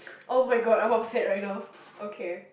[oh]-my-god I am upset right now